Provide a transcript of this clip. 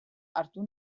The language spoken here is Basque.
hartu